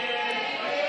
ההסתייגות (103) של קבוצת